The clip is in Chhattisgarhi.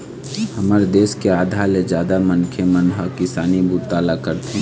हमर देश के आधा ले जादा मनखे मन ह किसानी बूता ल करथे